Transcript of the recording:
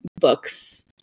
books